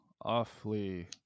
awfully